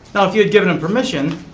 now if you had given him permission,